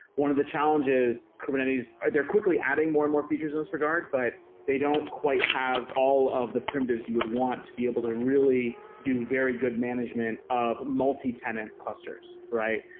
one of the challenges kubernetes they're quickly adding more and more features in this regard, but they don't quite have all of the primitives you would want to be able to really do very good management of multitenant clusters, right?